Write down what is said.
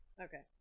okay